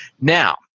Now